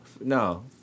No